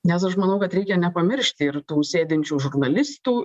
nes aš manau kad reikia nepamiršti ir tų sėdinčių žurnalistų